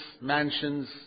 mansions